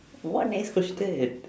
what next question